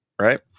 right